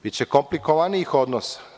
Biće komplikovanijih odnosa.